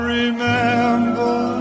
remember